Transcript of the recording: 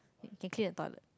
they clean about it